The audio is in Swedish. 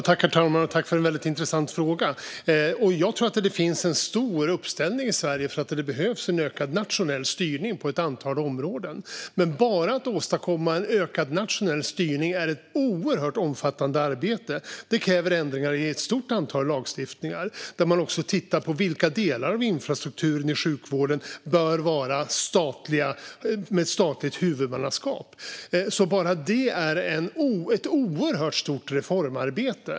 Herr talman! Jag tackar för en väldigt intressant fråga. Jag tror att det finns en stor uppställning i Sverige för att det behövs en ökad nationell styrning på ett antal områden. Men att bara åstadkomma en ökad nationell styrning är ett oerhört omfattande arbete. Det kräver ändringar i ett stort antal lagar. Man måste också titta på vilka delar av infrastrukturen i sjukvården som bör vara statliga, det vill säga ha statligt huvudmannaskap. Bara det är ett oerhört stort reformarbete.